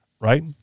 right